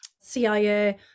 CIA